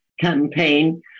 campaign